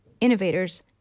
innovators